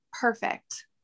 perfect